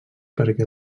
perquè